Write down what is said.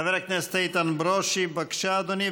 חבר הכנסת איתן ברושי, בבקשה, אדוני.